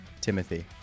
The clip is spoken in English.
Timothy